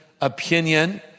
opinion